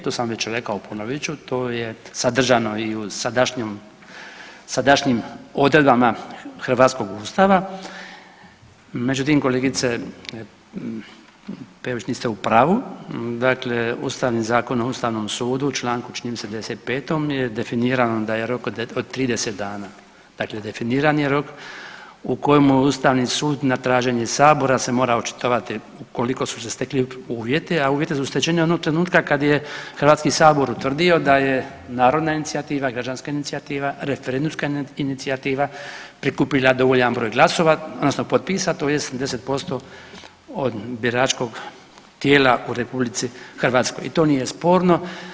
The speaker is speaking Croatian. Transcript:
To sam već rekao, ponovit ću, to je sadržano i u sadašnjim odredbama hrvatskog Ustava, međutim kolegice Peović niste u pravu, dakle Ustavni zakon o Ustavom sudu člankom čini mi se … je definirano da je rok od 30 dana, dakle definiran je rok u kojem Ustavni sud na traženje Sabora da se mora očitovati ukoliko su se stekli uvjeti, a uvjeti su stečeni onog trenutka kad je HS utvrdio da je narodna inicijativa, građanska inicijativa, referendumska inicijativa prikupila dovoljan broj glasova odnosno potpisa tj. 10% od biračkog tijela u RH i to nije sporno.